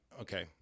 okay